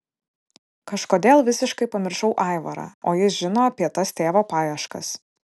kažkodėl visiškai pamiršau aivarą o jis žino apie tas tėvo paieškas